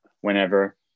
whenever